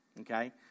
okay